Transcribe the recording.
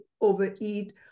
overeat